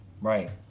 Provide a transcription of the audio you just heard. right